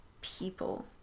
people